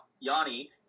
yanni